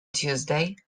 tuesday